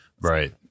right